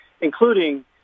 including